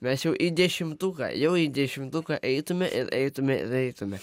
mes jau į dešimtuką jau į dešimtuką eitume ir eitume ir eitume